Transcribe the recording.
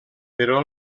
però